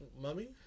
Mummy